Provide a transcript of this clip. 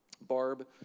Barb